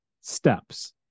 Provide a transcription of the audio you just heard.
steps